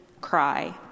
cry